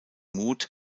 mut